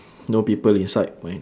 no people inside mine